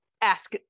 ask